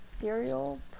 cereal